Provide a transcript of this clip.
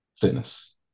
fitness